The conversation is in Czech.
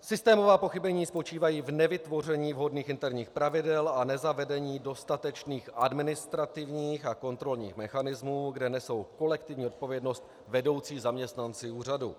Systémová pochybení spočívají v nevytvoření vhodných interních pravidel a nezavedení dostatečných administrativních a kontrolních mechanismů, kde nesou kolektivní odpovědnost vedoucí zaměstnanci úřadu.